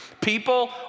People